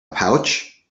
pouch